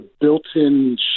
built-in